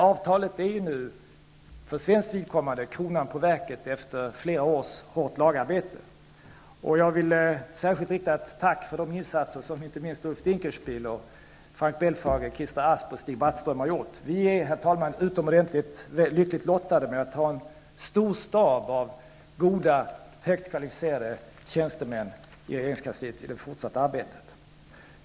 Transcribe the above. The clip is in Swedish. Avtalet är nu för svenskt vidkommande kronan på verket efter flera års hårt lagarbete. Jag vill särskilt rikta ett tack till Ulf Brattström för deras insatser. Vi är, herr talman, utomordentligt lyckligt lottade som inför det fortsatta arbetet har en stor stab av goda, högt kvalificerade tjänstemän i regeringskansliet.